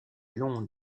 long